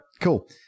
Cool